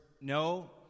no